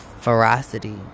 Ferocity